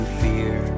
fear